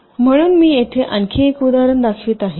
म्हणून मी येथे आणखी एक उदाहरण दाखवित आहे